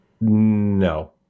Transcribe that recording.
No